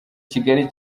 kigali